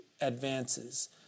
advances